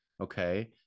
Okay